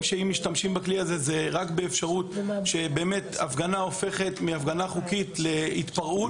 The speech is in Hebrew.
שמשתמשים בכלי הזה רק כשהפגנה הופכת מהפגנה חוקית להתפרעות.